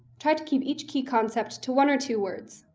try to keep each key concept to one or two words.